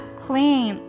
clean